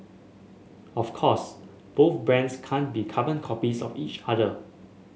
of course both brands can't be carbon copies of each other